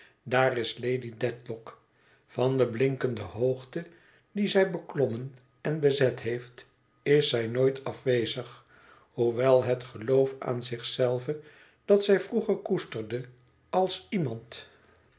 daar is lady dedlock van de blinkende hoogte die zij beklommen en bezet heeft is zij nooit afwezig hoewel het geloof aan zich zelve dat zij vroeger koesterde als iemand